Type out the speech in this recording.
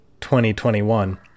2021